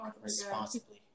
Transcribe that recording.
responsibly